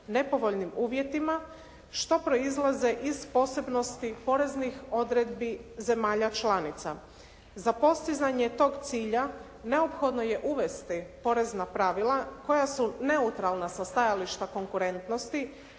nepovoljnim uvjetima, što proizlaze iz posebnosti odredbi zemalja članica. Za postizanje tog cilja, neophodno je uvesti porezna pravila koja su neutralna sa stajališta konkurentnosti,